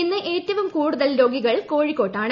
ഇന്ന് ഏറ്റവും കൂടുതൽ രോഗികൾ കോഴിക്കോട്ടാണ്